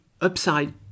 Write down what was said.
upside